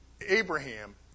Abraham